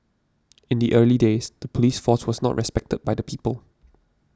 in the early days the police force was not respected by the people